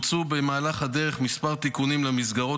ובוצעו במהלך הדרך כמה תיקונים למסגרות